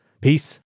Peace